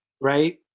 right